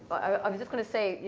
i mean just gonna say, yeah